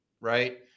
right